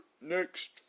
next